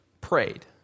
prayed